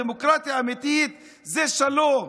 דמוקרטיה אמיתית זה שלום,